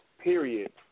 period